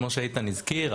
כמו שאיתן הזכיר,